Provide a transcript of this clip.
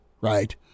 Right